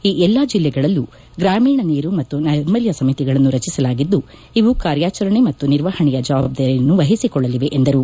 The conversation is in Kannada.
ಈ ಎಲ್ಲಾ ಜಿಲ್ಲೆಗಳಲ್ಲೂ ಗ್ರಾಮೀಣ ನೀರು ಮತ್ತು ನೈರ್ಮಲ್ಲ ಸಮಿತಿಗಳನ್ನು ರಚಿಸಲಾಗಿದ್ಲು ಇವು ಕಾರ್ಯಾಚರಣೆ ಮತ್ತು ನಿರ್ವಹಣೆಯ ಜವಾಬ್ದಾರಿಯನ್ನು ವಹಿಸಿಕೊಳ್ಳಲಿವೆ ಎಂದರು